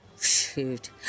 Shoot